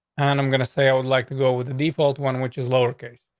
and i'm going to say i would like to go with the default one, which is lower case.